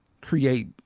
create